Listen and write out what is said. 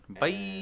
Bye